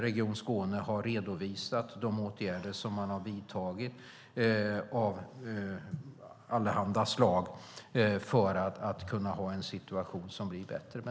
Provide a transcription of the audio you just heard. Region Skåne har redovisat de åtgärder av allehanda slag som har vidtagits för att göra situationen bättre.